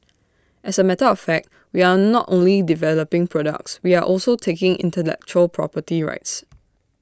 as A matter of fact we are not only developing products we are also taking intellectual property rights